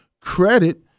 credit